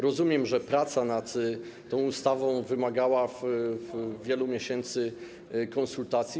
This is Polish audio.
Rozumiem, że praca nad tą ustawą wymagała wielu miesięcy konsultacji.